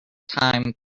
time